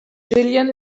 jillian